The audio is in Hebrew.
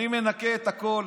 אני מנקה את הכול.